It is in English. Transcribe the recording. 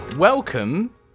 Welcome